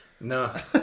No